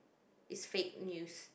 it's fake news